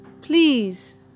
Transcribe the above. please